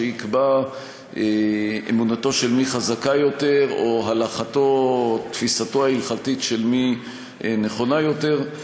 שיקבע אמונתו של מי חזקה יותר או תפיסתו ההלכתית של מי נכונה יותר.